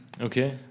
Okay